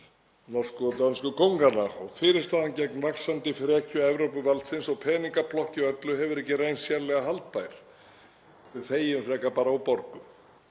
norsku og dönsku kónganna og fyrirstaðan gegn vaxandi frekju Evrópuvaldsins og peningaplokki öllu hefur ekki reynst sérlega haldbær. Við þegjum frekar bara og borgum.